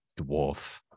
dwarf